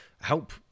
help